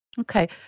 Okay